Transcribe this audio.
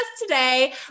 today